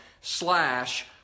slash